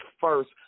first